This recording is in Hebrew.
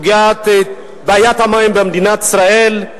בעיית המים במדינת ישראל,